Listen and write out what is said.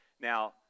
Now